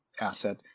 asset